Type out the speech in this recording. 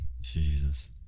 Jesus